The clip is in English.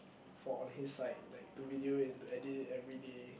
for on his side like to video it and to edit it everyday